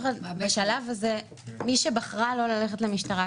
בשלב הזה מי שבחרה לא ללכת למשטרה,